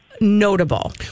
notable